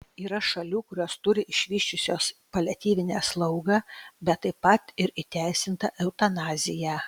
yra šalių kurios turi išvysčiusios paliatyvinę slaugą bet taip pat ir įteisintą eutanaziją